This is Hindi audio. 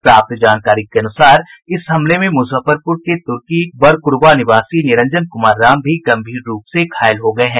प्राप्त जानकारी के अनुसार इस हमले में मुजफ्फरपुर के तुर्की बरक्रवा निवासी निरंजन कुमार राम भी गंभीर रूप से घायल हो गये हैं